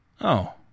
Oh